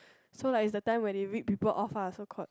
so like it's the time where they rip people off ah so called